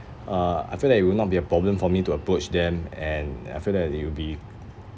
uh I feel that it will not be a problem for me to approach them and I feel that it will be